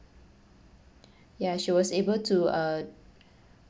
yeah she was able to uh